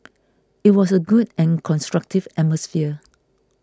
it was a good and constructive atmosphere